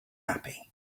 happy